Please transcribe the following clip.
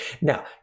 Now